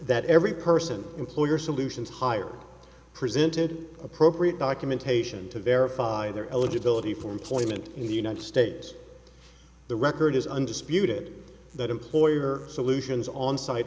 that every person employer solutions hire presented appropriate documentation to verify their eligibility for employment in the united states the record is undisputed that employer solutions on site